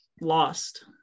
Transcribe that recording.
lost